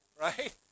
right